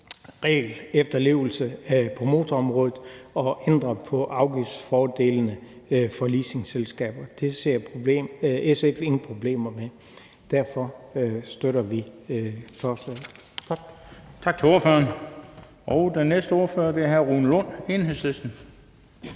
regelefterlevelse på motorområdet og ændringer på afgiftsfordelene for leasingselskaber. Det ser SF ingen problemer med. Derfor støtter vi forslaget.